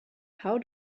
how